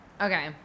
Okay